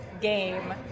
game